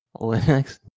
Linux